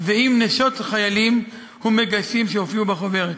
ועם נשות חיילים ומגייסים שהופיעו בחוברת.